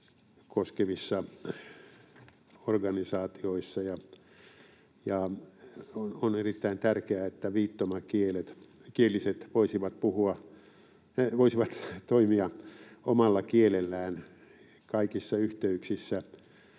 koskevissa organisaatioissa. On erittäin tärkeää, että viittomakieliset voisivat toimia omalla kielellään kaikissa yhteyksissä,